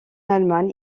allemagne